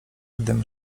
gdym